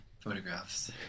photographs